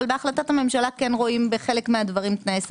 בהחלטת הממשלה כן רואים בחלק מהדברים תנאי סף.